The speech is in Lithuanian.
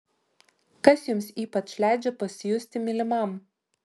kas jums ypač leidžia pasijusti mylimam